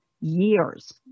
years